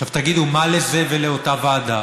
עכשיו תגידו, מה לזה ולאותה ועדה?